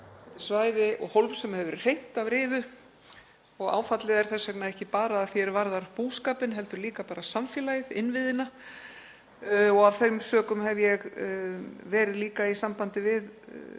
svæði og hólf sem hefur verið hreint af riðu, og áfallið er þess vegna ekki bara að því er varðar búskapinn heldur líka samfélagið og innviðina. Af þeim sökum hef ég verið líka í sambandi við